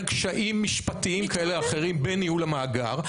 קשיים משפטיים כאלה ואחרים בניהול המאגר,